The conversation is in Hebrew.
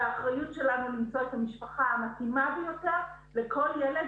והאחריות שלנו למצוא את המשפחה המתאימה ביותר לכל ילד,